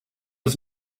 was